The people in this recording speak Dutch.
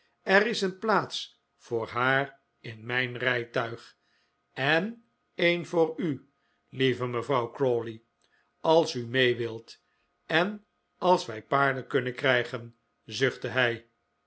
er is een plaats voor haar in mijn rijtuig en een voor u lieve mevrouw crawley als u mee wilt en als wij paarden kunnen krijgen zuchtte hij